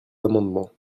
amendements